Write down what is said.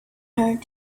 heard